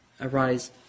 arise